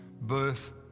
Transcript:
birth